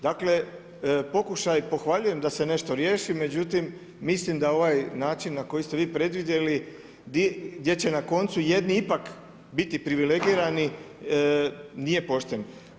Dakle, pokušaj pohvaljujem da se nešto riješi, međutim mislim da ovaj način na koji ste vi predvidjeli gdje će na koncu jedni ipak biti privilegirani nije pošten.